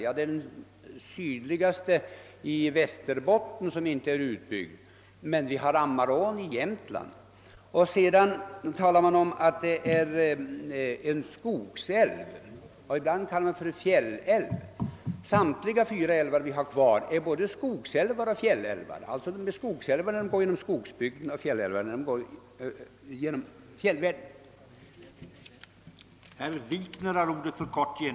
Vindelälven är den sydligaste älv i Västerbotten som inte är utbyggd, men vi har också Ammerån i Jämtland. Sedan talas det om att Vindelälven är en skogsälv, och ibland kallas den för fjällälv. Samtliga fyra älvar som ännu inte är reglerade är både skogsälvar och fjällälvar — d.v.s. de är skogsälvar när de går genom skogsbygden och fjällälvar när de går genom fjällvärlden.